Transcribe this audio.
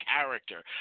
character